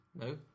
No